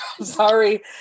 sorry